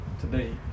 today